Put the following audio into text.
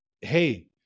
hey